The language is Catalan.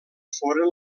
foren